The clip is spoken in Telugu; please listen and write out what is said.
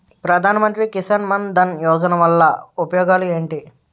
ప్రధాన మంత్రి కిసాన్ మన్ ధన్ యోజన వల్ల ఉపయోగాలు ఏంటి?